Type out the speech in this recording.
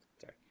Sorry